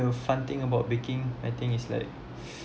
the fun thing about baking I think is like